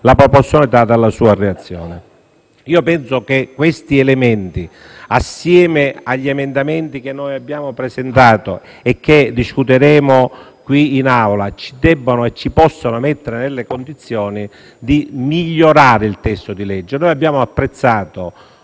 la proporzionalità dalla sua reazione. Penso che questi elementi, assieme agli emendamenti da noi presentati e che discuteremo in Assemblea, ci possano e debbano mettere nelle condizioni di migliorare il testo di legge.